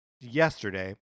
yesterday